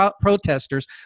protesters